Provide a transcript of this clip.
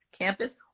campus